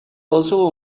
also